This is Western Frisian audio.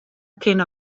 kinne